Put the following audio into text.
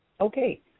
Okay